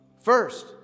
First